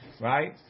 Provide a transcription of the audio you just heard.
Right